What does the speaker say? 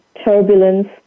turbulence